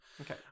okay